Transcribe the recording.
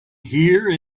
here